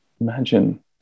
Imagine